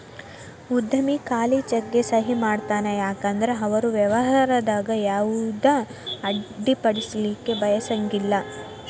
ಉದ್ಯಮಿ ಖಾಲಿ ಚೆಕ್ಗೆ ಸಹಿ ಮಾಡತಾನ ಯಾಕಂದ್ರ ಅವರು ವ್ಯವಹಾರದಾಗ ಯಾವುದ ಅಡ್ಡಿಪಡಿಸಲಿಕ್ಕೆ ಬಯಸಂಗಿಲ್ಲಾ